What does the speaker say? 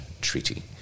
treaty